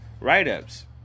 write-ups